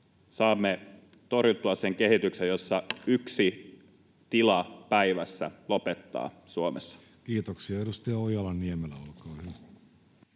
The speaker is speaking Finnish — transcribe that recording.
saamme torjuttua sen kehityksen, jossa yksi tila päivässä lopettaa Suomessa. Kiitoksia. — Edustaja Ojala-Niemelä, olkaa hyvä.